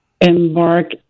embark